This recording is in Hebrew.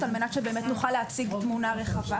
על מנת שבאמת נוכל להציג תמונה רחבה.